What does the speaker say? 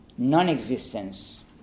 Non-existence